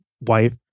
wife